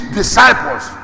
disciples